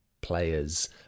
player's